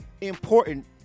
important